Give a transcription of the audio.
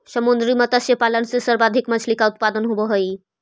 समुद्री मत्स्य पालन से सर्वाधिक मछली का उत्पादन होवअ हई